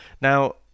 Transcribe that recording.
Now